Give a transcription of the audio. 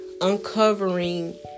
uncovering